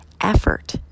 effort